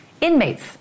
inmates